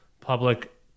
public